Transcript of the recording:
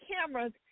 cameras